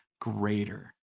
greater